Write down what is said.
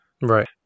Right